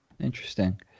Interesting